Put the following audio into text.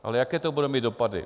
Ale jaké to bude mít dopady?